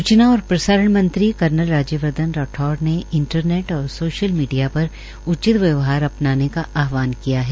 सूचना और प्रसारण मंत्री कर्नल राज्यवर्धन राठौड़ ने इंटरनेट और सोशल मीडिया पर उचित व्यवहार अपनाने का आहवान किया है